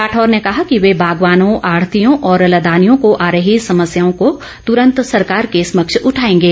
राठौर ने कहा कि वे बागवानों आढ़तियों और लदानियों को आ रही समस्याओं को तुरंत सरकार के समक्ष उठाएंगे